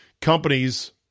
Companies